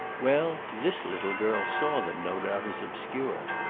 well, this little girl saw them, no doubt, as obscure,